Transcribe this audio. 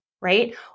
right